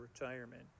retirement